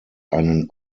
einen